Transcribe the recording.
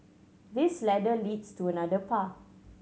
this ladder leads to another path